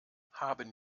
haben